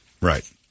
Right